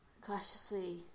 cautiously